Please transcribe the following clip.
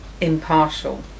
impartial